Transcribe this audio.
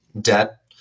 debt